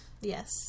Yes